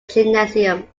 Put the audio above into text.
gymnasium